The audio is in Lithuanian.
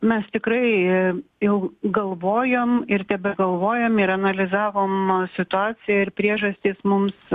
mes tikrai jau galvojom ir tebegalvojom ir analizavom situaciją ir priežastys mums